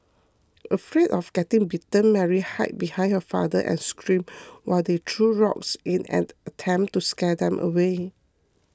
afraid of getting bitten Mary hid behind her father and screamed while he threw rocks in an attempt to scare them away